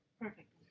Perfect